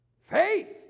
Faith